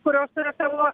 kurios turi savo